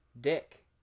dick